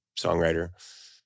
songwriter